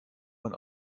man